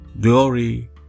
glory